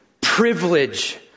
Privilege